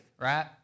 right